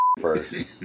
first